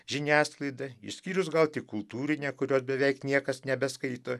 žiniasklaida išskyrus gal tik kultūrinę kurios beveik niekas nebeskaito